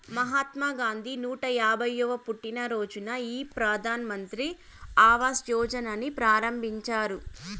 మహాత్మా గాంధీ నూట యాభైయ్యవ పుట్టినరోజున ఈ ప్రధాన్ మంత్రి ఆవాస్ యోజనని ప్రారంభించారు